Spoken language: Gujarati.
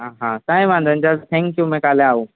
હાં કાઇ વાંધો નઇ ચલો થેન્ક યુ મેં કાલે આવું